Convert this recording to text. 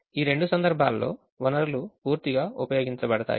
ఈ రెండు సందర్భాల్లో వనరులు పూర్తిగా ఉపయోగించబడతాయి